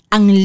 Ang